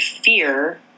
fear